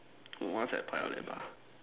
what's at Paya-Lebar